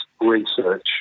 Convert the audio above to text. research